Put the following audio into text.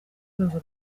rwego